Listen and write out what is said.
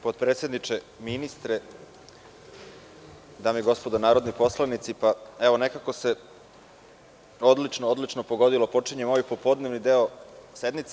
Potpredsedniče, ministre, dame i gospodo narodni poslanici, nekako se odlično, odlično pogodilo, počinjemo ovaj popodnevni deo sednice.